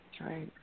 Right